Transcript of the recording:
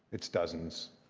it's dozens.